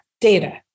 data